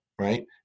right